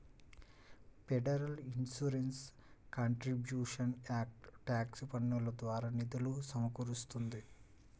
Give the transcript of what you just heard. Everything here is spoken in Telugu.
federal insurance contributions act tax పన్నుల ద్వారా నిధులు సమకూరుస్తుంది